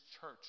church